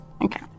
okay